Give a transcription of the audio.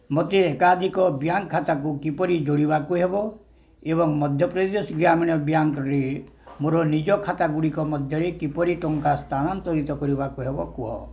ମୋତେ ଏକାଧିକ ବ୍ୟାଙ୍କ୍ ଖାତାକୁ କିପରି ଯୋଡ଼ିବାକୁ ହେବ ଏବଂ ମଧ୍ୟପ୍ରଦେଶ ଗ୍ରାମୀଣ ବ୍ୟାଙ୍କ୍ରେ ମୋର ନିଜ ଖାତାଗୁଡ଼ିକ ମଧ୍ୟରେ କିପରି ଟଙ୍କା ସ୍ଥାନାନ୍ତରିତ କରିବାକୁ ହେବ କୁହ